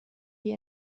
die